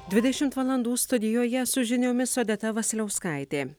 dvidešimvalandų studijoje su žiniomis odeta vasiliauskaitė